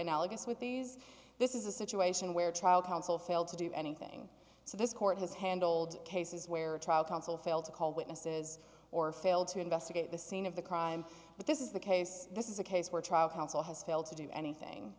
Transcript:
analogous with these this is a situation where trial counsel failed to do anything so this court has handled cases where a trial counsel failed to call witnesses or failed to investigate the scene of the crime but this is the case this is a case where trial counsel has failed to do anything